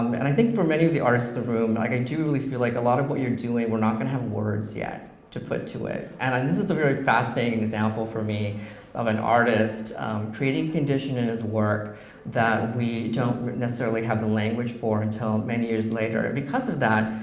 um and i think for many of the artists in the room, i do really feel like a lot of what you're doing, we're not gonna have words yet to put to it, and and this is a very fascinating example for me of an artist creating condition in his work that we don't necessarily have the language for until many years later. because of that,